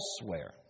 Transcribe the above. elsewhere